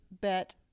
bet